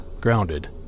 grounded